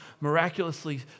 miraculously